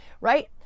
right